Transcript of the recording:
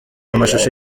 amashusho